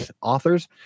authors